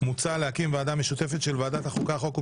מוצע להקים ועדה משותפת של ועדת החוקה, חוק ומשפט,